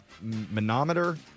manometer